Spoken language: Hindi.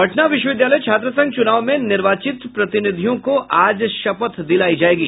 पटना विश्वविद्यालय छात्रसंघ चुनाव में निर्वाचित प्रतिनिधियों को आज शपथ दिलायी जायेगी